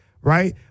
right